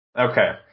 Okay